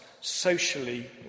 socially